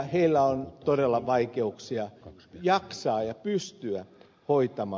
heillä on todella vaikeuksia jaksaa ja pystyä voittama